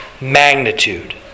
magnitude